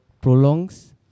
prolongs